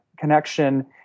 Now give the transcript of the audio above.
connection